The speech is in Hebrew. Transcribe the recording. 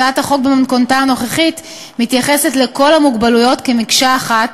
הצעת החוק במתכונתה הנוכחית מתייחסת לכל המוגבלויות כמקשה אחת